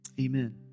Amen